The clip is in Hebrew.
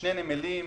שני נמלים מדהימים,